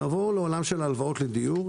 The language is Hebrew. נעבור לעולם של הלוואות לדיור,